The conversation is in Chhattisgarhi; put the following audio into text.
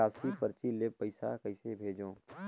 निकासी परची ले पईसा कइसे भेजों?